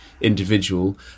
individual